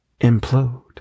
implode